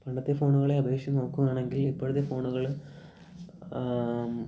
പണ്ടത്തെ ഫോണുകളെ അപേക്ഷിച്ചു നോക്കുകയാണെങ്കിൽ ഇപ്പോഴത്തെ ഫോണുകൾ